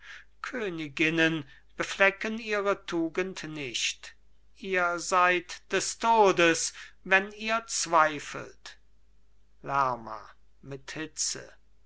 königinnen beflecken ihre tugend nicht ihr seid des todes wenn ihr zweifelt lerma mit hitze